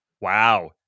Wow